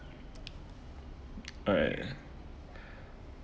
alright